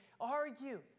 argue